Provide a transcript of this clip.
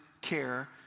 care